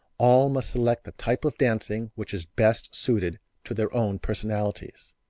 all must select the type of dancing which is best suited to their own personalities.